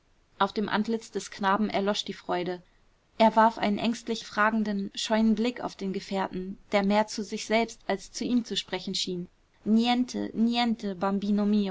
auf dem antlitz des knaben erlosch die freude er warf einen ängstlich fragenden scheuen blick auf den gefährten der mehr zu sich selbst als zu ihm zu sprechen schien niente niente bambino